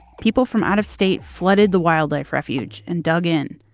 people from out-of-state flooded the wildlife refuge and dug in.